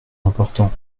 important